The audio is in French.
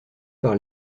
par